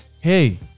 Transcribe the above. hey